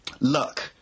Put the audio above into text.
luck